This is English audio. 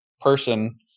person